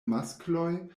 maskloj